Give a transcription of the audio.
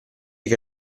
che